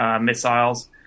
missiles